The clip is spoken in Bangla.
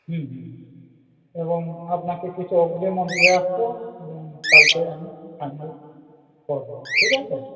হুম হুম এবং আপনাকে কিছু অগ্রিমও দিয়ে আসব এবং কালকে আমি ফাইনাল করে নেব ঠিক আছে